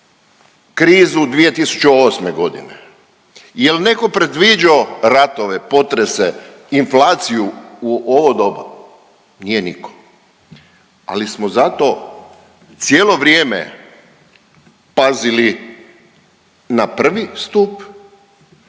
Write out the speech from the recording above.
krizu 2008.g.? jel neko predviđao ratove, potrese, inflaciju u ovo doba? Nije niko, ali smo zato cijelo vrijeme pazili na prvi stup,